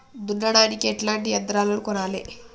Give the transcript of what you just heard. దున్నడానికి ఎట్లాంటి యంత్రాలను కొనాలే?